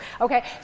okay